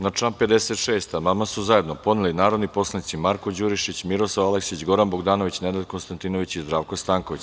Na član 56. amandman su zajedno podneli narodni poslanici Marko Đurišić, Miroslav Aleksić, Goran Bogdanović, Nenad Konstantinović i Zdravko Stanković.